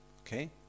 Okay